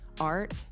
art